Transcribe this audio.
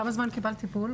כמה זמן קיבלת טיפול?